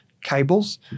cables